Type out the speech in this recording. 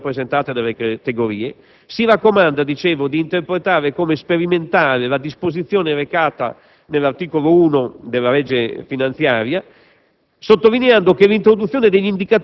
e positiva anche alle esigenze rappresentate dalle categorie - di interpretare come sperimentale la disposizione recata nell'articolo 1 della legge finanziaria,